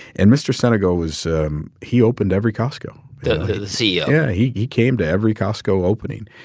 and mr. sinegal was he opened every costco the ceo? yeah. he he came to every costco opening,